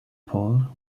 paul